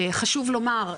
חשוב לומר,